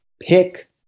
pick